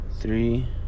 Three